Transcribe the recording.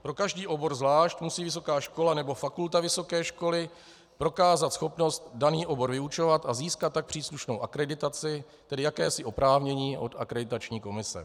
Pro každý obor zvlášť musí vysoká škola nebo fakulta vysoké školy prokázat schopnost daný obor vyučovat a získat tak příslušnou akreditaci, tedy jakési oprávnění, od Akreditační komise.